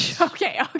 Okay